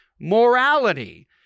morality